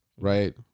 Right